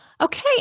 Okay